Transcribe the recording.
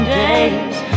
days